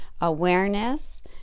awareness